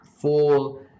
full